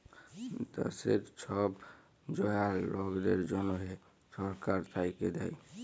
দ্যাশের ছব জয়াল লকদের জ্যনহে ছরকার থ্যাইকে দ্যায়